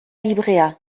librea